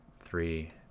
three